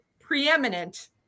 preeminent